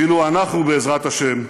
ואילו אנחנו, בעזרת השם,